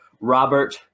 Robert